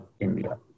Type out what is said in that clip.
India